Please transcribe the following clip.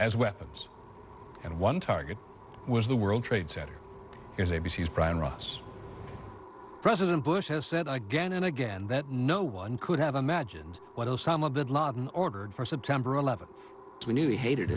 as weapons and one target was the world trade center as a b c s brian ross president bush has said again and again that no one could have imagined what osama bin laden ordered for september eleventh we knew he hated